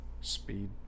speed